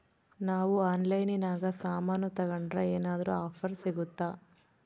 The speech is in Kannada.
ನಾವು ಆನ್ಲೈನಿನಾಗ ಸಾಮಾನು ತಗಂಡ್ರ ಏನಾದ್ರೂ ಆಫರ್ ಸಿಗುತ್ತಾ?